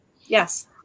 Yes